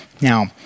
Now